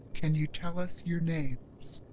can you tell us your names?